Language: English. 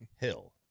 Hill